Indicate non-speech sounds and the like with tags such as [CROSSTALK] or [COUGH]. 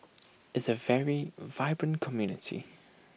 [NOISE] is A very vibrant community